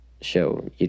show